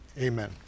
Amen